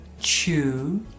chew